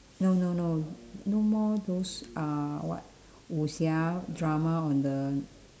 no no no no more those uh what wuxia drama on the